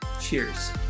cheers